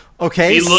Okay